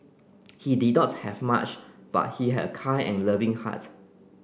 he did not have much but he had a kind and loving heart